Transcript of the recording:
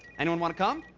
anyone wanna come?